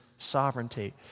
sovereignty